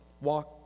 walk